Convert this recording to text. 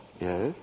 Yes